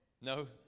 No